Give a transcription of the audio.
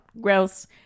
Gross